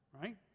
right